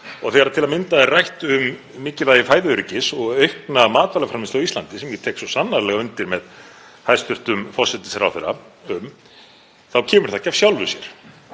Og þegar til að mynda er rætt um mikilvægi fæðuöryggis og aukna matvælaframleiðslu á Íslandi, sem ég tek svo sannarlega undir með hæstv. forsætisráðherra, þá kemur það ekki af sjálfu sér.